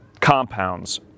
compounds